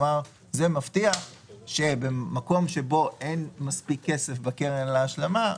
זה מבטיח שבמקום שבו אין מספיק כסף בקרן להשלמה,